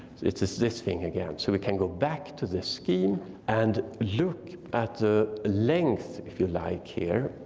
it's this this thing again, so we can go back to this scheme and look at the length, if you like, here.